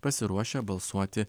pasiruošę balsuoti